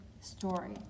story